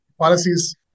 policies